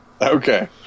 Okay